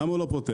למה הוא לא פותח?